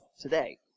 today